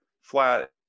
flat